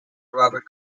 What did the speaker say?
robert